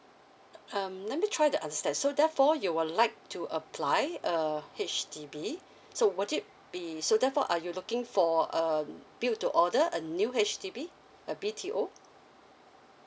um let me try to understand so therefore you would like to apply a H_D_B so would it be so therefore are you looking for um build to order a new H_D_B a B_T_O